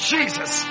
Jesus